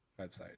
website